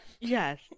Yes